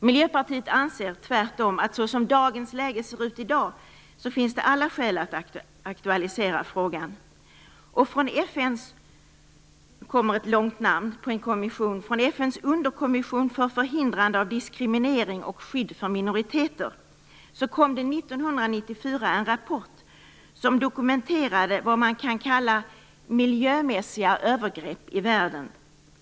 Miljöpartiet anser tvärtom att såsom dagens läge ser ut finns det alla skäl att aktualisera frågan. Från FN:s underkommission för förhindrande av diskriminering och skydd för minoriteter kom det 1994 en rapport som dokumenterade vad man kan kalla miljömässiga övergrepp i världen.